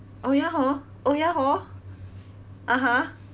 oh ya hor oh ya hor (uh huh)